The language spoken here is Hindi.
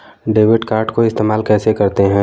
डेबिट कार्ड को इस्तेमाल कैसे करते हैं?